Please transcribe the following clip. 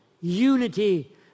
unity